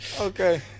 okay